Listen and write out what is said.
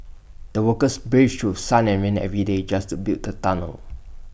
the workers braved through sun and rain every day just to build the tunnel